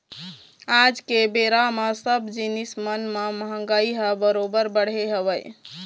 आज के बेरा म सब जिनिस मन म महगाई ह बरोबर बढ़े हवय